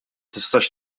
tistax